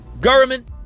government